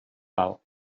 val